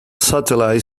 satellite